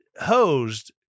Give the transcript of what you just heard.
hosed